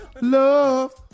love